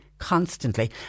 constantly